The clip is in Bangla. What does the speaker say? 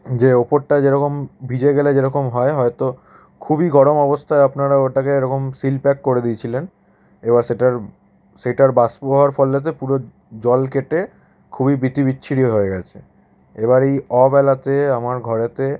যে ওপরটা যেরকম ভিজে গেলে যেরকম হয় হয়তো খুবই গরম অবস্থায় আপনারা ওটাকে এরকম সিল প্যাক করে দিয়েছিলেন এবার সেটার সেটার বাষ্প হওয়ার ফলেতে পুরো জল কেটে খুবই বিতি বিচ্ছিরি হয়ে গেছে এবার এই অবেলাতে আমার ঘরেতে